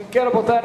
רבותי,